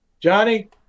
Johnny